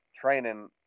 training